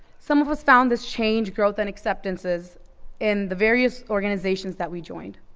some of us found this change, growth, and acceptances in the various organizations that we joined.